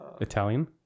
Italian